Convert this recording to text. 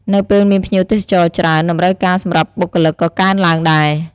នៅពេលមានភ្ញៀវទេសចរច្រើន តម្រូវការសម្រាប់បុគ្គលិកក៏កើនឡើងដែរ។